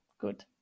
good